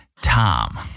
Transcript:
Tom